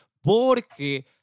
porque